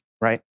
right